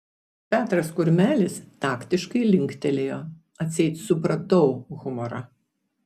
petras kurmelis taktiškai linktelėjo atseit supratau humorą